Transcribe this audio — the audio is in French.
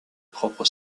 propre